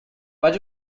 but